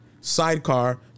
sidecar